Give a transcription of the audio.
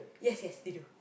yes yes they do